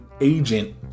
agent